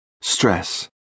stress